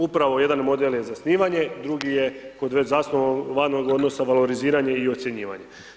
Upravo jedan model je zasnivanje, drugi je kod već zasnovanog odnosa valoriziranja i ocjenjivanja.